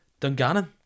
Dungannon